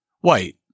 White